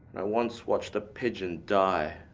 once watched a pigeon die.